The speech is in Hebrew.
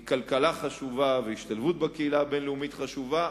הכלכלה חשובה וההשתלבות בקהילה בין-לאומית חשובה,